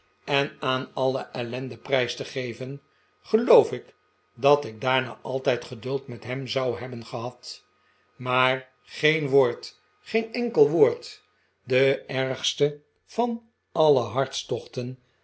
en aan alle ellende prijs te geven geloof ik dat ik daarna altijd geduld met hem zou hebben gehad maar geen woord geen enkel woord de ergste van alle hartstochten